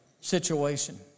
situation